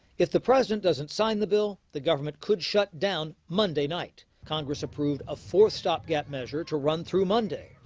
if the president doesn't sign the bill. the government could shut down monday night. congress approved a fourth stopgap measure to run through monday.